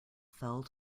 fell